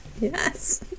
Yes